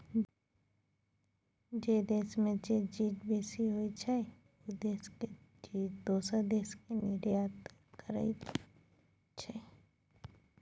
जइ देस में जे चीज बेसी होइ छइ, उ देस उ चीज दोसर देस के निर्यात करइ छइ